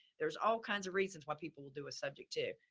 there's all kinds of reasons why people will do a subject. two,